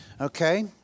Okay